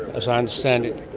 as i understand it,